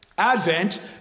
Advent